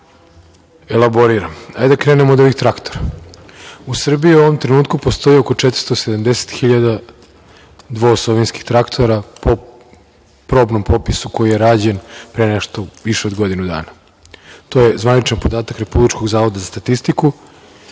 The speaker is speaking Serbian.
elaboriram. Hajde da krenem od ovih traktora. U Srbiji u ovom trenutku postoji oko 470.000 dvoosovinskih traktora po probnom popisu koji je rađen pre nešto više od godinu dana. To je zvaničan podatak Republičkog zavoda za statistiku